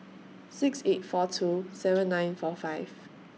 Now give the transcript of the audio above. six eight four two seven nine four five